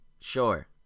Sure